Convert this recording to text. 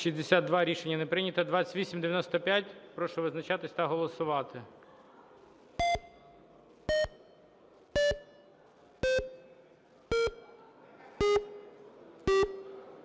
За-62 Рішення не прийнято. 2895 – прошу визначатись та голосувати.